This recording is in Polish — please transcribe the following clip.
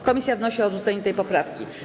Komisja wnosi o odrzucenie tej poprawki.